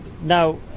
now